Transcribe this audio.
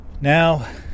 Now